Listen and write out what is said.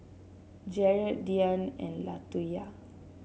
Jarett Diann and Latoyia